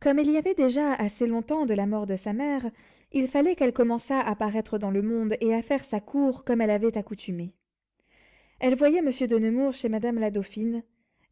comme il y avait déjà assez longtemps de la mort de sa mère il fallait qu'elle commençât à paraître dans le monde et à faire sa cour comme elle avait accoutumé elle voyait monsieur de nemours chez madame la dauphine